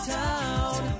town